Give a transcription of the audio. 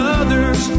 others